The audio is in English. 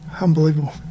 Unbelievable